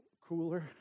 Cooler